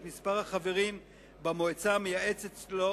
את מספר החברים במועצה המייעצת לו,